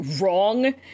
wrong